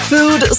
Food